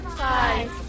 five